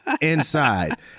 inside